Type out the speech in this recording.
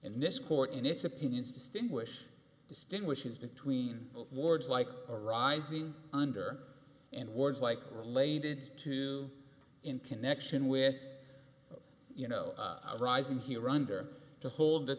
in this court in its opinions distinguish distinguishes between words like arising under and words like related to in connection with you know a rise in here under to hold that